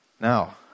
Now